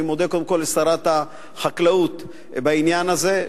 אני מודה קודם כול לשרת החקלאות בעניין הזה,